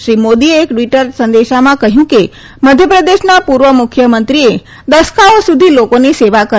શ્રી મોદીએ એક ટ્વીટર સંદેશામાં કહ્યું કે મધ્યપ્રદેશના પૂર્વ મુખ્યમંત્રીએ દસકાઓ સુધી લોકોની સેવા કરી